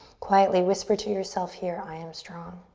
quietly whisper to yourself here, i am strong.